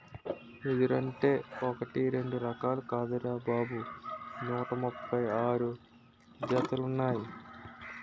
ఎదురంటే ఒకటీ రెండూ రకాలు కాదురా బాబూ నూట ముప్పై ఆరు జాతులున్నాయ్